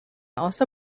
also